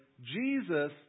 Jesus